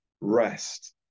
Rest